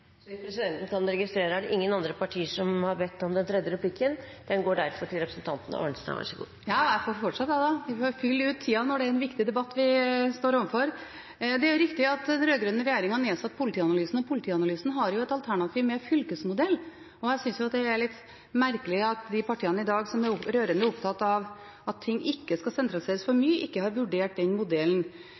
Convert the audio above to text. Så er den riktignok gradert litt ut ifra hvor mange innbyggere det er og realismen i å komme raskt på plass. Ingen andre partier har bedt om den tredje replikken. Den går derfor til representanten Arnstad. Jeg får fortsette med å fylle ut tida når det er en så viktig debatt vi står overfor. Det er riktig at den rød-grønne regjeringen nedsatte politianalysen. Men politianalysen har et alternativ med fylkesmodell. Jeg syns det er litt merkelig at de partiene som i dag er rørende opptatt av at ting ikke skal sentraliseres for mye, ikke har vurdert den modellen.